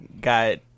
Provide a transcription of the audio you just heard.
got